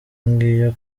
ngiye